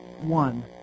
One